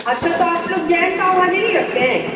اچھا تو آپ لوگ پلین پاؤ بھاجی نہیں رکھتے ہیں